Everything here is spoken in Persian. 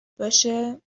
باشه